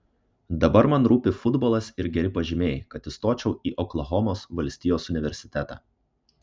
dabar man rūpi futbolas ir geri pažymiai kad įstočiau į oklahomos valstijos universitetą